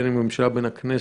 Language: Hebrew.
בין בממשלה ובין בכנסת,